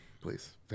Please